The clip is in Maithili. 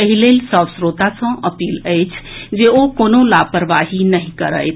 एहि लेल सभ श्रोता सॅ अपील अछि जे ओ कोनो लापरवाही नहि करथि